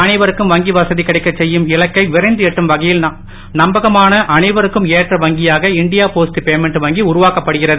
அனைவருக்கும் வங்கி வசதி கிடைக்கச் செய்யும் இலக்கை விரைந்து எட்டும் வகையில் நம்பகமான அனைவருக்கும் ஏற்ற வங்கியாக இண்டியா போஸ்ட் பேமெண்ட் வங்கி உருவாக்கப்படுகிறது